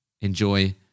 Enjoy